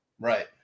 Right